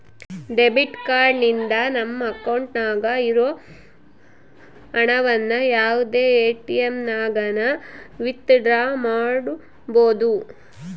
debit card ನಿಂದ ನಮ್ಮ ಅಕೌಂಟ್ನಾಗ ಇರೋ ಹಣವನ್ನು ಯಾವುದೇ ಎಟಿಎಮ್ನಾಗನ ವಿತ್ ಡ್ರಾ ಮಾಡ್ಬೋದು